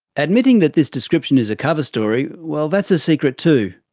admitting that this description is a cover story, well, that's a secret too.